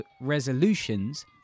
resolutions